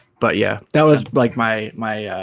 but yeah that was like my my